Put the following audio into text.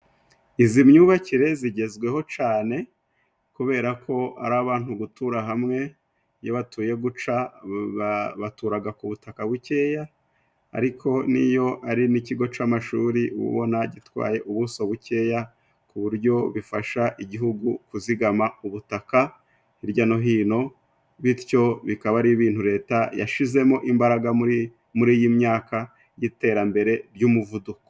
Izi myubakire zigezweho cane，kubera ko ari abantu gutura hamwe，iyo batuye guca，baturaga ku butaka bukeya， ariko n'iyo ari n'ikigo c'amashuri uba ubona gitwaye ubuso bukeya， ku buryo bifasha igihugu kuzigama ubutaka hirya no hino， bityo bikaba ari ibintu Leta yashizemo imbaraga， muri iyi myaka y'iterambere ry'umuvuduko.